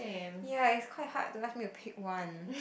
ya is quite hard to ask me to pick one